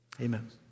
amen